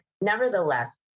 nevertheless